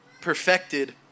perfected